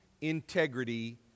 integrity